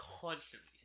constantly